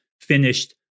finished